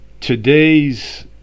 today's